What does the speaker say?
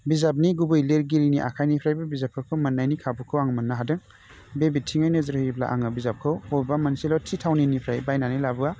बिजाबनि गुबै लिरगिरिनि आखाइनिफ्रायबो बिजाबफोरखौ मोन्नायनि खाबुखौ आङो मोन्नो हादों बे बिथिङै नोजोर होयोब्ला आङो बिजाबखौ बबेबा मोनसेल' थि थावनिनिफ्राय बायनानै लाबोआ